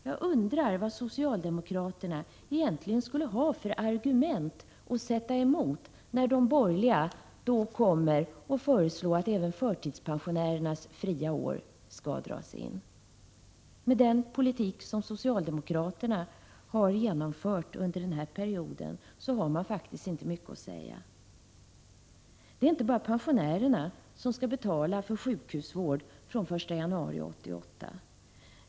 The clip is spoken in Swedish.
Jag undrar vad socialdemokraterna egentligen skulle ha för argument att sätta emot när de borgerliga kommer att föreslå att även förtidspensionärernas fria år skall dras in. Med den politik som socialdemokraterna har genomfört under den här perioden, har man faktiskt inte mycket att säga. Det är inte bara pensionärerna som skall betala för sjukhusvård från den 1 januari 1988.